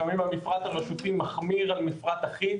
לפעמים המפרט הרשותי מחמיר על מפרט אחיד.